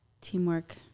Teamwork